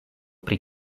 pri